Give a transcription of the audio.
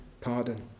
pardon